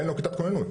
אין לו כיתת כוננות.